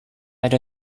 ada